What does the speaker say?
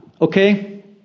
okay